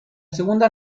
segunda